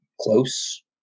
close